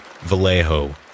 Vallejo